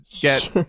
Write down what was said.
get